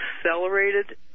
accelerated